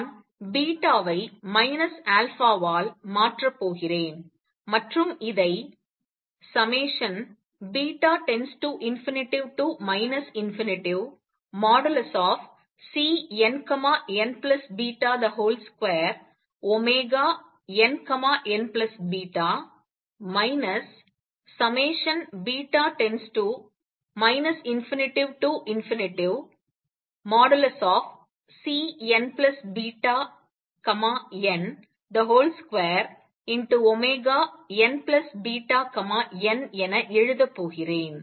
நான் வை α ஆல் மாற்றப் போகிறேன் மற்றும் இதை β∞ ∞|Cnnβ |2nnβ β ∞|Cnβn |2nβn என எழுதப் போகிறேன்